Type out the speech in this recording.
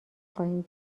خواهیم